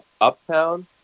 uptown